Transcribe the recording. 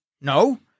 no